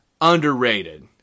underrated